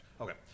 Okay